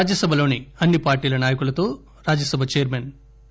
రాజ్యసభలోని అన్ని పార్టీల నాయకులతో రాజ్యసభ చైర్మన్ ఎం